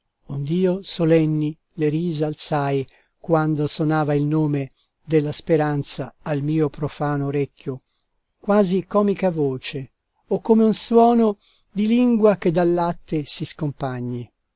ond'io solenni le risa alzai quando sonava il nome della speranza al mio profano orecchio quasi comica voce o come un suono di lingua che dal latte si scompagni